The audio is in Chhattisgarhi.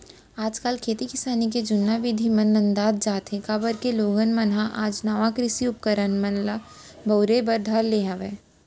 आज काल खेती किसानी के जुन्ना बिधि मन नंदावत जात हें, काबर के लोगन मन ह आज नवा कृषि उपकरन मन ल बउरे बर धर ले हवय